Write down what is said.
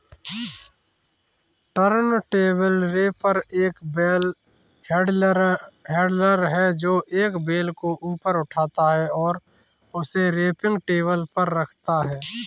turntable wrapper एक bale handler है, जो एक बेल को ऊपर उठाता है और उसे रैपिंग टेबल पर रखता है